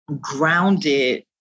grounded